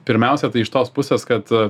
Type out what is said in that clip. pirmiausia tai iš tos pusės kad